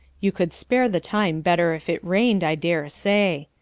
you could spare the time better if it rained, i dare say.